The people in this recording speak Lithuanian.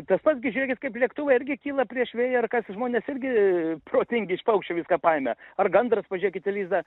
tas pats gi žiūrėkit kaip lėktuvai irgi kyla prieš vėją ar kas žmonės irgi protingi iš paukščio viską paėmė ar gandras pažiūrėkit į lizdą